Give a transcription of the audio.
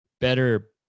better